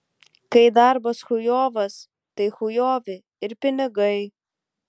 kai darbas chujovas tai chujovi ir pinigai